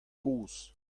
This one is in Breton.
kozh